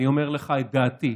אני אומר לך את דעתי.